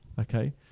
Okay